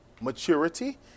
maturity